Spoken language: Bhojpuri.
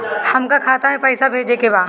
हमका खाता में पइसा भेजे के बा